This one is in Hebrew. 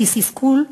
התסכול,